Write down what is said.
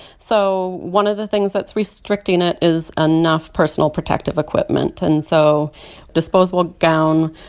so one of the things that's restricting it is enough personal protective equipment and so disposable gown,